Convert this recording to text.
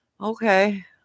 Okay